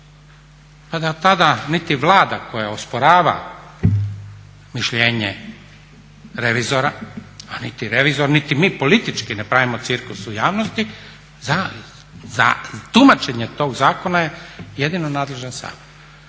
Pa tada niti Vlada koja osporava mišljenje revizora a niti revizor, niti mi politički ne pravimo cirkus u javnosti za tumačenje tog zakona je jedino nadležan Sabor.